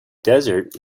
desert